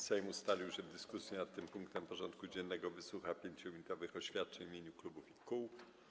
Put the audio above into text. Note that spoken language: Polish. Sejm ustalił, że w dyskusji nad tym punktem porządku dziennego wysłucha 5-minutowych oświadczeń w imieniu klubów i kół.